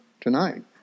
tonight